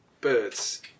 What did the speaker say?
birds